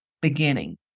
beginning